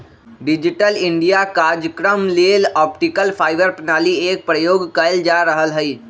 digital India काजक्रम लेल optical fibre प्रणाली एक प्रयोग कएल जा रहल हइ